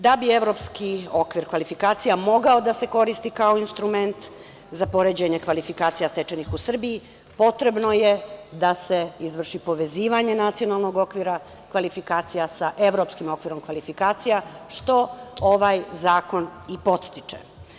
Da bi Evropski okvir kvalifikacija mogao da se koristi kao instrument za poređenje kvalifikacija stečenih u Srbiji, potrebno je da se izvrši povezivanje Nacionalnog okvira kvalifikacija sa Evropskim okvirom kvalifikacija, što ovaj zakon i podstiče.